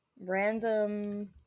random